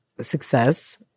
success